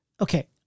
Okay